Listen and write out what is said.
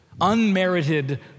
unmerited